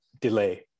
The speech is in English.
delay